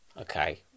Okay